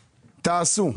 תעשו.